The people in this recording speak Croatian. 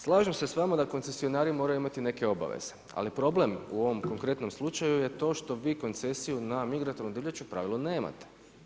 Slažem se sa vama da koncesionari moraju imati neke obaveze, ali problem u ovom konkretnom slučaju je to što vi koncesiju na migratornoj divljači u pravilu nemate.